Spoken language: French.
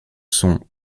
sont